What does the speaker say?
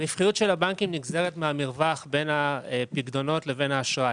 הרווחיות של הבנקים בישראל נגזרת מהמרווח בין הפיקדונות לאשראי.